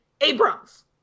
Abrams